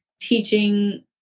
teaching